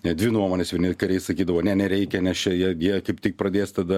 net dvi nuomonės vieni kariai sakydavo ne nereikia nes čia jie jie kaip tik pradės tada